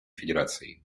федерацией